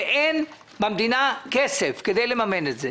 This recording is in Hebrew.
ואין במדינה כסף כדי לממן את זה.